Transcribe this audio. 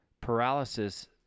paralysis